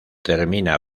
termina